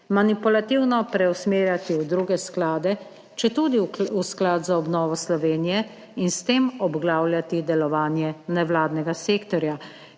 manipulativno preusmerjati v druge sklade, četudi v Sklad za obnovo Slovenije in s tem obglavljati delovanje nevladnega sektorja,